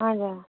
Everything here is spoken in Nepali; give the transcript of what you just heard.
हजुर